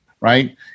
Right